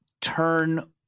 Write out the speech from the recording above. turn